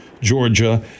Georgia